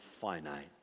finite